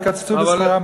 יקצצו בשכרם.